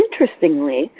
Interestingly